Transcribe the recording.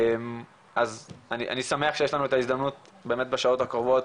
אני שמח שיש לנו את ההזדמנות באמת בשעות הקרובות,